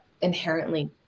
inherently